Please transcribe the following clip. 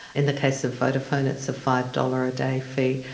in the case of vodafone it's a five dollars a day fee,